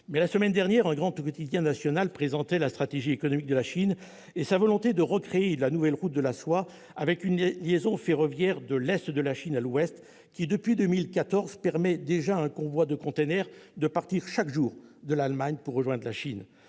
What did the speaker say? La semaine dernière, un grand quotidien national présentait la stratégie économique de la Chine et sa volonté de recréer une nouvelle route de la soie, avec une liaison ferroviaire de l'est de la Chine à l'Ouest européen qui, depuis 2014, permet déjà à un convoi de conteneurs de partir chaque jour de l'Allemagne pour rejoindre la Chine.